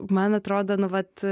man atrodo nu vat